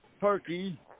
turkey